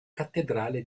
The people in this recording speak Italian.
cattedrale